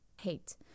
hate